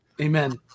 Amen